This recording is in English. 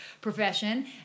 profession